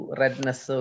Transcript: redness